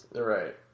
Right